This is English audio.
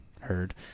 Heard